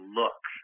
look